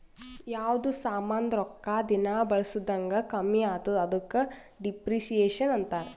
ಯಾವ್ದು ಸಾಮಾಂದ್ ರೊಕ್ಕಾ ದಿನಾ ಬಳುಸ್ದಂಗ್ ಕಮ್ಮಿ ಆತ್ತುದ ಅದುಕ ಡಿಪ್ರಿಸಿಯೇಷನ್ ಅಂತಾರ್